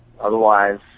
otherwise